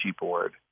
board